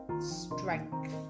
strength